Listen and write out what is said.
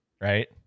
right